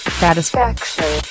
satisfaction